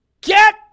get